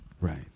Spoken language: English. Right